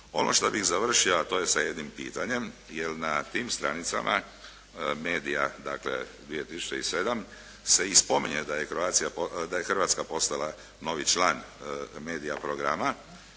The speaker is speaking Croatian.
Ono što bih završio a to je sa jednim pitanjem jer na tim stranicama Media dakle, 2007. se i spominje da je Hrvatska postala novi član MEDIA programa